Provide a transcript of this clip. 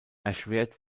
erschwert